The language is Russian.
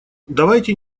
давайте